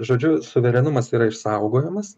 žodžiu suverenumas yra išsaugojamas